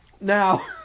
now